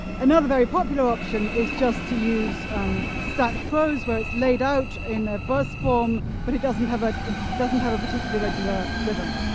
another very popular option is just to use stacked prose, where it's laid out in a verse form, but it doesn't have ah ah doesn't have a particularly regular rhythm.